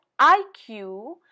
IQ